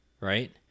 right